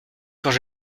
quand